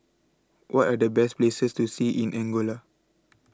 What Are The Best Places to See in Angola